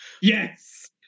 Yes